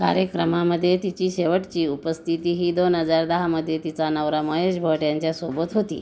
कार्यक्रमामध्ये तिची शेवटची उपस्थिती ही दोन हजार दहामध्ये तिचा नवरा महेश भट यांच्यासोबत होती